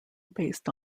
based